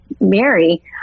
Mary